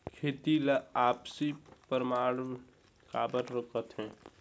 खेती ला आपसी परागण काबर करथे?